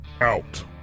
out